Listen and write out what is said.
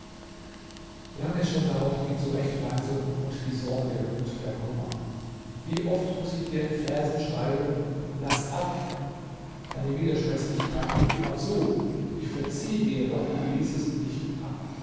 lange schon dauert die zurechtweisung und die sorge und der kummer wie oft muß ich dir in versen schreiben laß ab deine widerspenstigkeit nimmt immer zu ich verzieh dir doch du ließest nicht ab